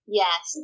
yes